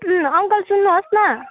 uncle सुन्नुहोस् न